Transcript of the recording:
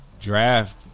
Draft